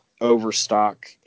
overstock